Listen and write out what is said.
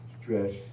stress